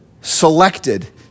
selected